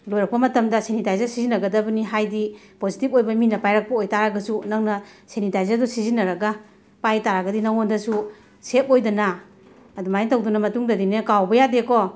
ꯂꯣꯏꯔꯛꯄ ꯃꯇꯝꯗ ꯁꯦꯅꯤꯇꯥꯏꯖꯔ ꯁꯤꯖꯤꯟꯅꯒꯗꯕꯅꯤ ꯍꯥꯏꯗꯤ ꯄꯣꯖꯤꯇꯤꯞ ꯑꯣꯏꯕ ꯃꯤꯅ ꯄꯥꯏꯔꯛꯄ ꯑꯣꯏ ꯇꯥꯔꯒꯁꯨ ꯅꯪꯅ ꯁꯦꯅꯤꯇꯥꯏꯖꯔꯗꯣ ꯁꯤꯖꯤꯟꯅꯔꯒ ꯄꯥꯏ ꯇꯥꯔꯗꯤ ꯅꯉꯣꯟꯗꯁꯨ ꯁꯦꯞ ꯑꯣꯏꯗꯅꯥ ꯑꯗꯨꯃꯥꯏꯅ ꯇꯧꯗꯅ ꯃꯇꯨꯡꯗꯗꯤꯅꯦ ꯀꯥꯎꯕ ꯌꯥꯗꯦꯀꯣ